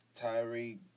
Tyree